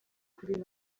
kuri